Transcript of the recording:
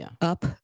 up